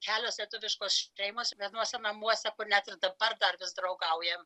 kelios lietuviškos šeimos vienuose namuose kur net ir dabar dar vis draugaujam